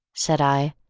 said i.